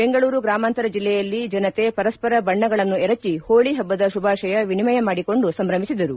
ಬೆಂಗಳೂರು ಗ್ರಾಮಾಂತರ ಜಿಲ್ಲೆಯಲ್ಲಿ ಜನತೆ ಪರಸ್ಪರ ಬಣ್ಣಗಳನ್ನು ಎರಚಿ ಹೋಳಿ ಹಬ್ಬದ ಶುಭಾಶಯ ವಿನಿಮಯ ಮಾಡಿಕೊಂಡು ಸಂಭ್ರಮಿಸಿದರು